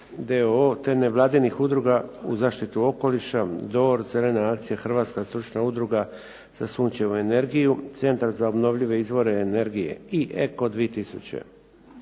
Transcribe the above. te nevladinih udruga u zaštiti okoliša, Dor, Crvena akcija, Hrvatska stručna udruga za sunčevu energiju, Centar za obnovljive izvore energije i Eko 2000.